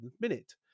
minute